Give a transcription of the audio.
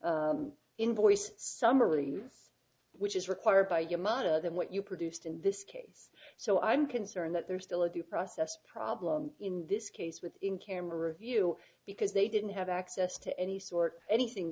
summaries which is required by your money than what you produced in this case so i'm concerned that there is still a due process problem in this case with in camera view because they didn't have access to any sort anything